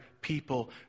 people